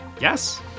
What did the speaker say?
Yes